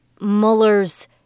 Mueller's